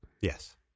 Yes